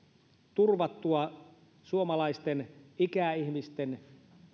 turvattua suomalaisten ikäihmisten